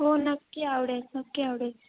हो नक्की आवडेल नक्की आवडेल